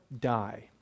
die